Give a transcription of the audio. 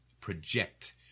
project